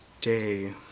day